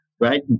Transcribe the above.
right